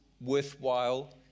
worthwhile